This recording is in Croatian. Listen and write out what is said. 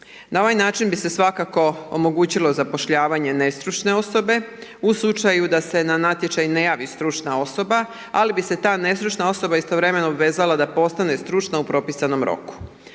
Na ovaj način bi se svakako omogućilo zapošljavanje nestručne osobe u slučaju da na natječaj ne javi stručna osoba ali bi se ta nestručna osoba istovremeno obvezala da postane stručna u propisanom roku.